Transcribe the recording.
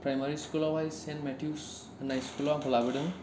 primary स्कुलावहाय Saint Matthews होन्नाय स्कुलाव आंखौ लाबोदों